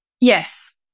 Yes